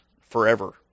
forever